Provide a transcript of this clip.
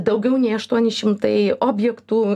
daugiau nei aštuoni šimtai objektų